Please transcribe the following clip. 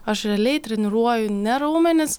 aš realiai treniruoju ne raumenis